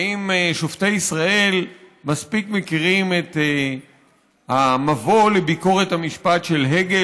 האם שופטי ישראל מספיק מכירים את המבוא לביקורת המשפט של הגל,